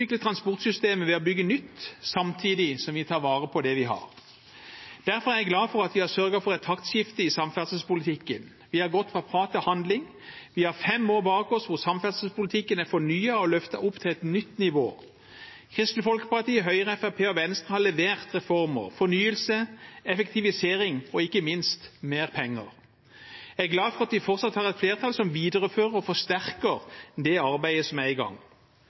utvikle transportsystemet ved å bygge nytt samtidig som vi tar vare på det vi har. Derfor er jeg glad for at vi har sørget for et taktskifte i samferdselspolitikken. Vi har gått fra prat til handling. Vi har fem år bak oss der samferdselspolitikken er fornyet og løftet opp til et nytt nivå. Kristelig Folkeparti, Høyre, Fremskrittspartiet og Venstre har levert reformer, fornyelse, effektivisering og ikke minst mer penger. Jeg er glad for at vi fortsatt har et flertall som viderefører og forsterker det arbeidet som er i gang.